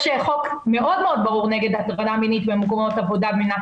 יש חוק מאוד מאוד ברור נגד הטרדה מינית במקומות עבודה במדינת